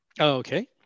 okay